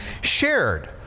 shared